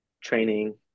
training